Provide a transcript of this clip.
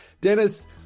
Dennis